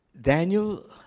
Daniel